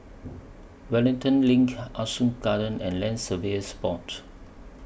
Wellington LINK Ah Soo Garden and Land Surveyors Board